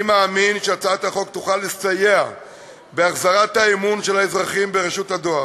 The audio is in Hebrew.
אני מאמין שהצעת החוק תוכל לסייע בהחזרת האמון של האזרחים ברשות הדואר.